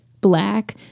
black